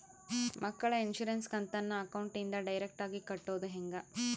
ಮಕ್ಕಳ ಇನ್ಸುರೆನ್ಸ್ ಕಂತನ್ನ ಅಕೌಂಟಿಂದ ಡೈರೆಕ್ಟಾಗಿ ಕಟ್ಟೋದು ಹೆಂಗ?